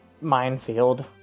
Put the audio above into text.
minefield